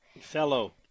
Fellow